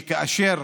כאשר